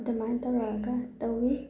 ꯑꯗꯨꯃꯥꯏꯅ ꯇꯧꯔꯒ ꯇꯧꯏ